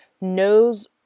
knows